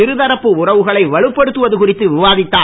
இருதரப்பு உறவுகளை வலுப்படுத்துவது குறித்து விவாதித்தார்